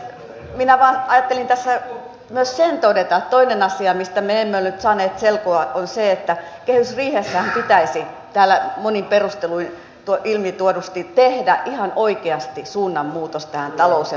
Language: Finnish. minä vain ajattelin tässä myös sen todeta että toinen asia mistä me emme ole nyt saaneet selkoa on se että kehysriihessähän pitäisi täällä monin perusteluin ilmituodusti tehdä ihan oikeasti suunnanmuutos tähän talous ja työllisyyspolitiikkaan